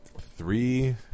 three